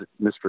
Mr